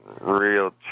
real